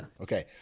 Okay